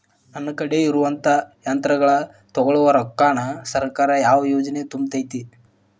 ನನ್ ಕಡೆ ಇರುವಂಥಾ ಯಂತ್ರಗಳ ತೊಗೊಳು ರೊಕ್ಕಾನ್ ಸರ್ಕಾರದ ಯಾವ ಯೋಜನೆ ತುಂಬತೈತಿ?